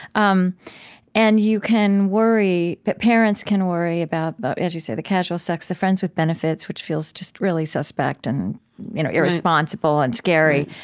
um and you can worry parents can worry about, as you say, the casual sex, the friends with benefits, which feels just really suspect and you know irresponsible and scary.